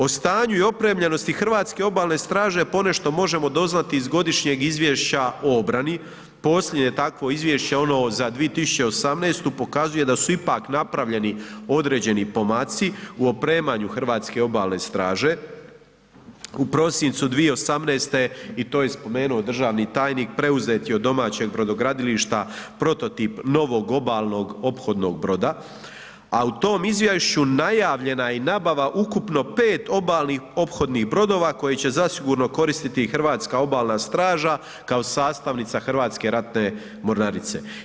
O stanju i opremljenosti hrvatske Obalne straže ponešto možemo doznati iz Godišnjeg izvješća o obrani, posljednje takvo izvješće, ono za 2018. pokazuje da su ipak napravljeni određeni pomaci u opremanju hrvatske Obalne straže u prosincu 2018. i to je spomenuo državni tajnik, preuze je od domaćeg brodogradilišta prototip novog obalnog ophodnog broda a u tom izvješću najavljena je i nabava ukupno 5 obalnih ophodnih brodova koji će zasigurno koristiti i hrvatske Obalna straža kao sastavnica Hrvatske ratne mornarice.